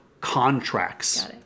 contracts